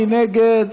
מי נגד?